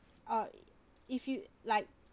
uh if you like